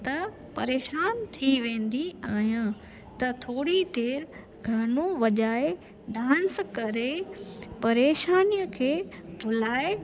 त परेशान थी वेंदी आहियां त थोरी देरि गानो वॼाए डांस करे परेशानीअ खे भुलाए